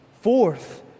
fourth